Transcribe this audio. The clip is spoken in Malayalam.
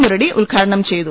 മുരളി ഉദ്ഘാടനം ചെയ്തു